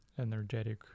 energetic